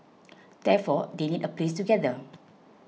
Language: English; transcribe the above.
therefore they need a place to gather